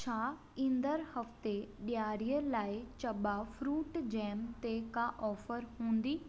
छा ईंदड़ हफ़्ते ॾियारीअ लाइ चबा फ़्रूट जैम ते का ऑफर हूंदी